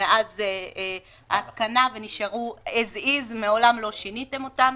מאז ההתקנה ונשארו "as is" ומעולם לא שיניתם אותם.